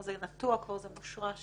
זה נטוע, זה מושרש